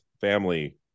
family